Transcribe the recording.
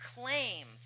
claim